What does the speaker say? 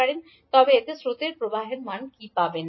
আপনি এতে স্রোতের প্রবাহের মান পাবেন